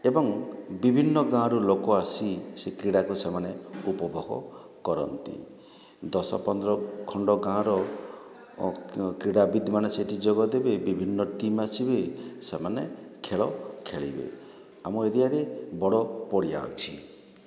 ଏବଂ ବିଭିନ୍ନ ଗାଁରୁ ଲୋକ ଆସି ସେ କ୍ରୀଡ଼ାକୁ ସେମାନେ ଉପଭୋଗ କରନ୍ତି ଦଶ ପନ୍ଦର ଖଣ୍ଡ ଗାଁର କ୍ରୀଡ଼ାବିତ୍ମାନେ ସେଠି ଯୋଗ ଦେବେ ବିଭିନ୍ନ ଟିମ୍ ଆସିବେ ସେମାନେ ଖେଳ ଖେଳିବେ ଆମ ଏରିଆରେ ବଡ଼ ପଡ଼ିଆ ଅଛି